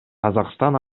казакстан